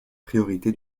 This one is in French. priorité